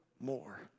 more